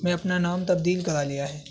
میں اپنا نام تبدیل کرا لیا ہے